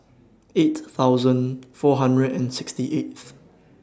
eight thousand four hundred and sixty eighth